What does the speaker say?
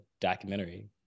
documentary